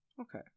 Okay